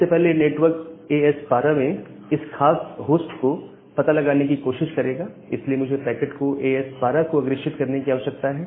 सबसे पहले network A S 12 में इस खास होस्ट का पता लगाने की कोशिश करेगा इसलिए मुझे पैकेट को ए एस 12 को अग्रेषित करने की आवश्यकता है